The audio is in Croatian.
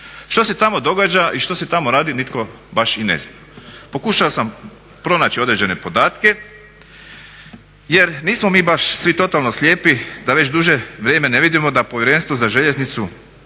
Što se tamo događa i što se tamo radi, nitko baš i ne zna. Pokušao sam pronaći određene podatke jer nismo mi baš svi totalno slijepi da već duže vrijeme ne vidimo da Povjerenstvo za željeznicu